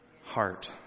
heart